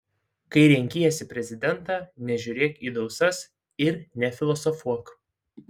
kai renkiesi prezidentą nežiūrėk į dausas ir nefilosofuok